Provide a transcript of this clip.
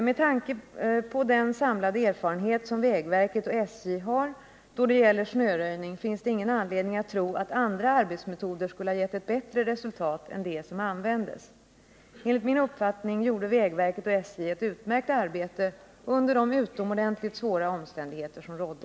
Med tanke på den samlade erfarenhet som vägverket och SJ har då det gäller snöröjning finns det ingen anledning att tro att andra arbetsmetoder skulle ha gett ett bättre resultat än de som användes. Enligt min uppfattning gjorde vägverket och SJ ett utmärkt arbete under de utomordentligt svåra omständigheter som rådde.